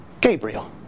Gabriel